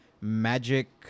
magic